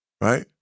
right